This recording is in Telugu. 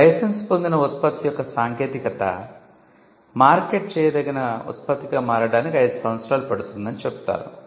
ఇప్పుడు లైసెన్స్ పొందిన ఉత్పత్తి యొక్క సాంకేతికత మార్కెట్ చేయదగిన ఉత్పత్తిగా మారడానికి 5 సంవత్సరాలు పడుతుందని చెబుతారు